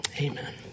Amen